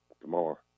tomorrow